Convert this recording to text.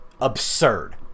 absurd